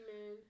man